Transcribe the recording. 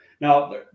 Now